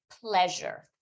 pleasure